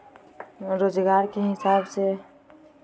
रोजगार के हिसाब से लोन मिलहई?